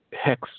hex